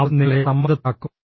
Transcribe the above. അവർ നിങ്ങളെ സമ്മർദ്ദത്തിലാക്കും